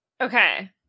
Okay